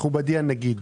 מכובדי הנגיד,